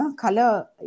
color